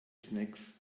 snacks